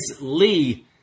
lee